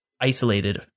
isolated